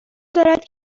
دارد